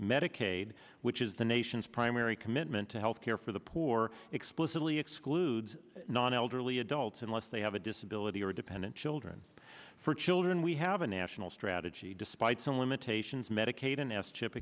medicaid which is the nation's primary commitment to health care for the poor explicitly excludes non elderly adults unless they have a disability or dependent children for children we have a national strategy despite some limitations medicaid and s chip